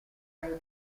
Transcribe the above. dai